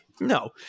no